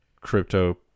crypto